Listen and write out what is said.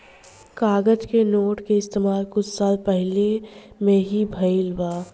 कागज के नोट के इस्तमाल कुछ साल पहिले में ही भईल बा